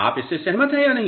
आप इससे सहमत हैं या नहीं